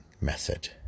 method